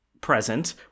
present